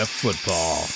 football